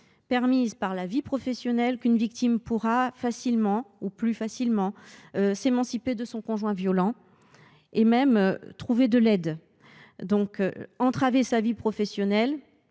permise par la vie professionnelle qu’une victime pourra facilement, ou plus facilement, s’émanciper de son conjoint violent, et trouver de l’aide. Entraver sa vie professionnelle,